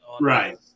Right